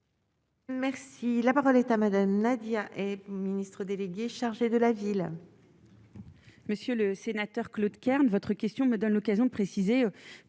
Merci, la parole est à Madame, Nadia et ministre délégué chargé de la ville.